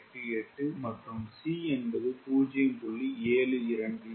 488 மற்றும் C என்பது 0